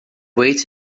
weights